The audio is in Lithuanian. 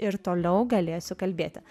ir toliau galėsiu kalbėti